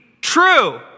true